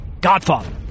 Godfather